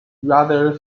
rather